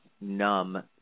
numb